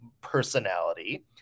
personality